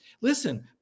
Listen